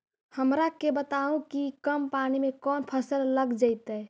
हमरा के बताहु कि कम पानी में कौन फसल लग जैतइ?